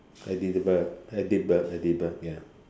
edible edible edible ya